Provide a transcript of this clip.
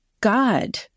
God